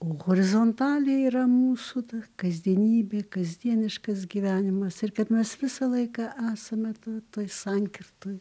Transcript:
o horizontaliai yra mūsų ta kasdienybė kasdieniškas gyvenimas ir kad mes visą laiką esame toj sankirtoj